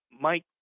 Mike